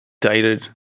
dated